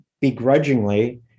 begrudgingly